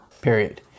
period